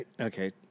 Okay